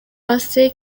hace